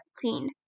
cleaned